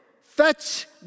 fetch